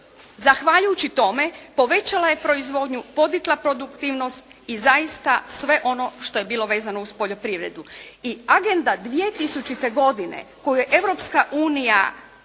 Zahvaljujući tome povećala je proizvodnju, podigla produktivnost i zaista sve ono što je bilo vezano uz poljoprivredu. I Agenda 2000. godine koju je Europska unija